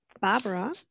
Barbara